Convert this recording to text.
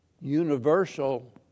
universal